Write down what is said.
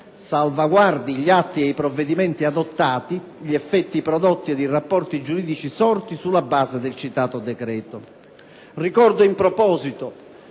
salvaguardi gli atti e i provvedimenti adottati, gli effetti prodotti e i rapporti giuridici sorti sulla base del citato decreto. Ricordo in proposito